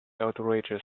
outrageous